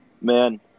Man